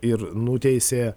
ir nuteisė